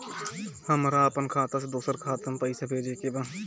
हमरा आपन खाता से दोसरा खाता में पइसा भेजे के बा